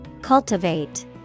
Cultivate